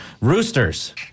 Roosters